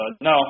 No